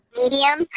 medium